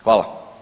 Hvala.